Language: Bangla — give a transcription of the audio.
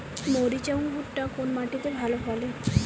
মরিচ এবং ভুট্টা কোন মাটি তে ভালো ফলে?